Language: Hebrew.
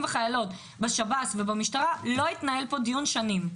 וחיילות בשב"ס ובמשטרה לא התנהל פה דיון שנים.